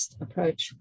approach